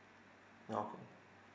ya okay